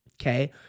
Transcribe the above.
okay